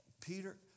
Peter